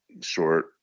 short